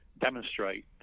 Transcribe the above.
demonstrate